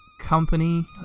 company